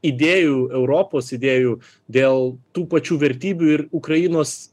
idėjų europos idėjų dėl tų pačių vertybių ir ukrainos